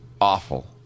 awful